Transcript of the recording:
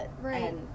right